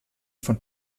von